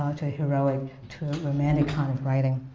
to a heroic, to a romantic kind of writing.